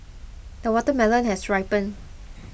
the watermelon has ripened